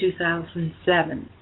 2007